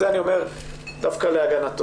זה אני אומר דווקא להגנתו,